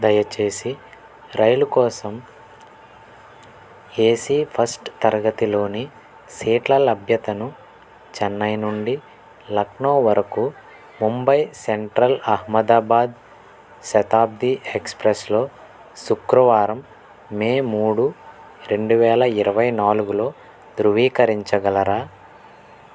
దయచేసి రైలు కోసం ఏ సీ ఫస్ట్ తరగతిలోని సీట్ల లభ్యతను చెన్నై నుండి లక్నో వరకు ముంబై సెంట్రల్ అహ్మదాబాద్ శతాబ్ది ఎక్స్ప్రెస్లో శుక్రవారం మే మూడు రెండు వేల ఇరవై నాలుగులో ధృవీకరించగలరా